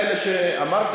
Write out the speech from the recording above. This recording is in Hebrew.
מאלה שאמרו,